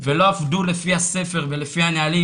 ולא עבדו לפי הספר ולפי הנהלים,